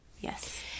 Yes